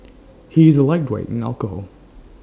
he is A lightweight in alcohol